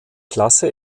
klasse